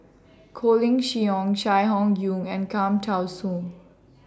Colin Cheong Chai Hon Yoong and Cham Tao Soon